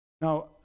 Now